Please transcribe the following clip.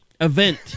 event